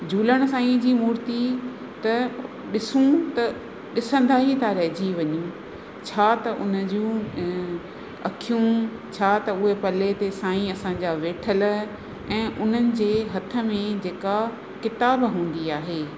झूलण साईं जी मुर्ति त ॾिसूं त ॾिसंदा ई था रहिजी वञूं छा त उन जूं अखियूं छा त उहे पलउ ते साईं असांजा वेठलु ऐं उन्हनि जे हथ में जेका किताबु हूंदी आहे